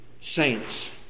saints